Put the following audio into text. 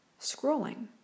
scrolling